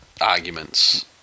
arguments